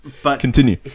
Continue